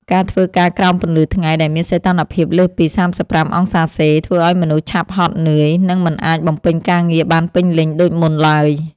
ការធ្វើការក្រោមពន្លឺថ្ងៃដែលមានសីតុណ្ហភាពលើសពី ៣៥ អង្សាសេ ធ្វើឱ្យមនុស្សឆាប់ហត់នឿយ និងមិនអាចបំពេញការងារបានពេញលេញដូចមុនឡើយ។